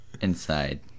inside